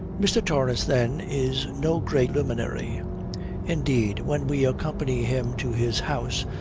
mr. torrance, then, is no great luminary indeed, when we accompany him to his house,